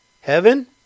heaven